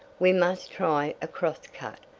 we must try a cross-cut.